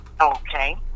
Okay